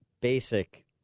basic